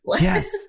Yes